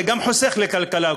זה גם חוסך לכלכלה,